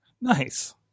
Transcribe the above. Nice